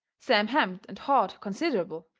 sam hemmed and hawed considerable,